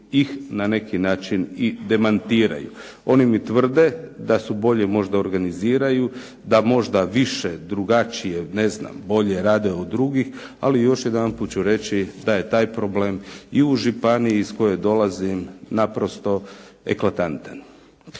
ih na neki način i demantiraju. Oni mi tvrde da se bolje možda organiziraju, da možda više, drugačije, ne znam, bolje rade od drugih, ali još jedanput ću reći da je taj problem i u županiji iz koje dolazim naprosto eklatantan.